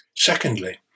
Secondly